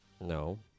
No